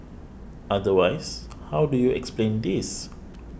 otherwise how do you explain this